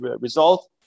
result